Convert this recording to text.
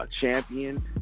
champion